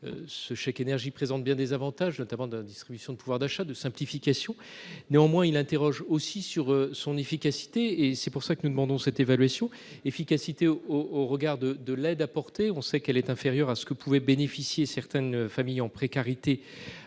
ce chèque énergie présente bien des avantages, notamment dans la distribution de pouvoir d'achat de simplification, néanmoins il interroge aussi sur son efficacité et c'est pour ça que nous demandons, cette évaluation efficacité au au, au regard de de l'aide apportée, on sait qu'elle est inférieure à ce que pouvaient bénéficier certaines familles ont précarité